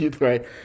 right